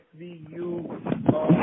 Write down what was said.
SVU